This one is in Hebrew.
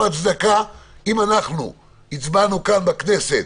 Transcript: אם אנחנו הצבענו כאן בכנסת